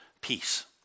peace